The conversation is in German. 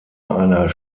einer